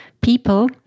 people